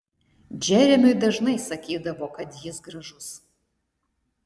džeremiui dažnai sakydavo kad jis gražus